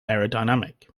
aerodynamic